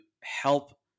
help